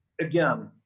again